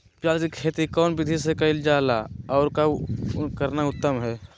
प्याज के खेती कौन विधि से कैल जा है, और कब करना उत्तम है?